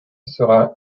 sera